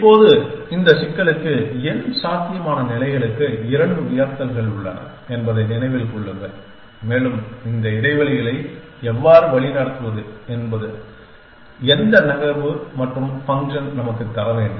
இப்போது இந்த சிக்கலுக்கு n சாத்தியமான நிலைகளுக்கு 2 உயர்த்தல்கள் உள்ளன என்பதை நினைவில் கொள்ளுங்கள் மேலும் இந்த இடைவெளிகளை எவ்வாறு வழிநடத்துவது என்பது எந்த நகர்வு மற்றும் ஃபங்க்ஷன் நமக்குத் தர வேண்டும்